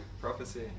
Prophecy